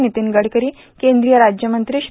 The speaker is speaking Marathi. नितीन गडकरी केंद्रीय राज्यमंत्री श्री